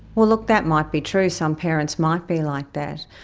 well look, that might be true, some parents might be like that.